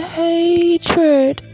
hatred